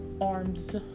Arms